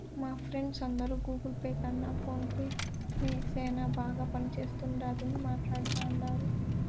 మా ఫ్రెండ్స్ అందరు Google Pay కన్న ఫోన్ పే నే సేనా బాగా పనిచేస్తుండాదని మాట్లాడతాండారు